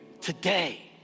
today